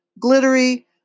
Glittery